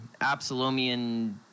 Absalomian